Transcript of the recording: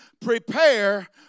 prepare